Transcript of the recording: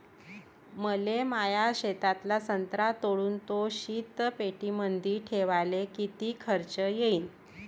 मले माया शेतातला संत्रा तोडून तो शीतपेटीमंदी ठेवायले किती खर्च येईन?